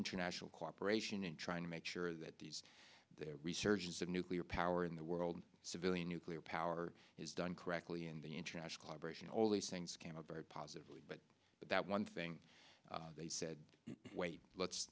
international cooperation in trying to make sure that these the resurgence of nuclear power in the world civilian nuclear power is done correctly and the international cooperation all these things came out very positively but that one thing they said wait let's